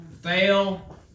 fail